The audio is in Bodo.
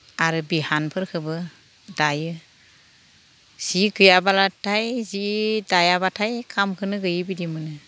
आरो बिहानफोरखोबो दायो जि गैयाब्लाथाय जि दायाब्लाथाय ओंखामखोनो गैयि बायदि मोनो